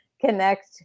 connect